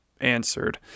answered